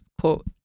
quote